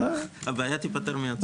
הבעיה תיפתר מעצמה.